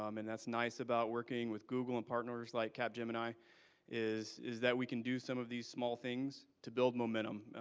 um and that's nice about working with google and partners like cap gemini is is that we can do some of these small things to build momentum.